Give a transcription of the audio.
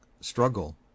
struggle